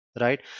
right